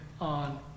on